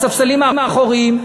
בספסלים האחוריים,